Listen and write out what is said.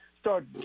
start